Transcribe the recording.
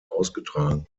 ausgetragen